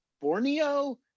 Borneo